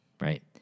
Right